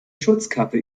schutzkappe